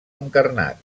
encarnat